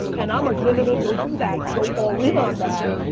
and i'm like, no, no, don't do that, go all in on that.